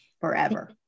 forever